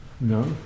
No